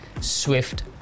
Swift